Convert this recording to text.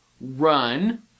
run